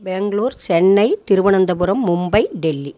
Bangalore Chennai Thiruvananthapuram Mumbai Delhi